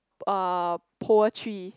uh poetry